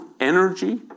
energy